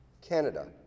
Canada